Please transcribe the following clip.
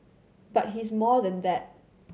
but he's more than that